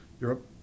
Europe